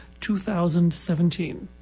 2017